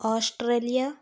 Australia